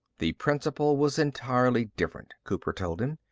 the principle was entirely different, cooper told him.